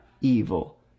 evil